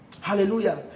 Hallelujah